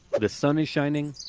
the sun is shining,